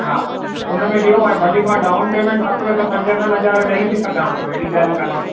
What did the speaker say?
हा उनमें ॾियो ऐं भली मां डाउन पेमेंट खपेव त पंज खनि हज़ार ॾई बि सघां थो अहिड़ी ॻाल्हि कोन्हे